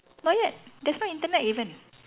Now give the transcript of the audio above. not yet there's no Internet even